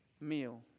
meal